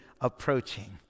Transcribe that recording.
approaching